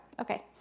Okay